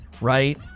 Right